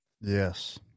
Yes